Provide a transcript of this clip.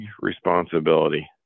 responsibility